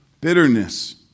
bitterness